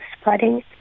spreading